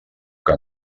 que